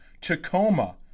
Tacoma